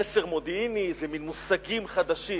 חסר מודיעיני, איזה מין מושגים חדשים.